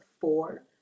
four